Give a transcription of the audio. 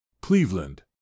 Cleveland